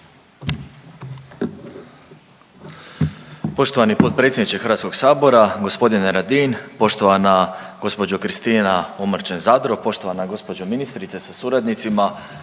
Poštovani potpredsjedniče HS g. Radin, poštovana gđo. Kristina Omrčen Zadro, poštovana gđo. ministrice sa suradnicima,